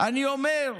אני אומר: